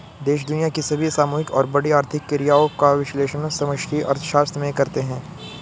देश दुनिया की सभी सामूहिक और बड़ी आर्थिक क्रियाओं का विश्लेषण समष्टि अर्थशास्त्र में करते हैं